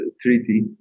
treaty